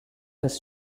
his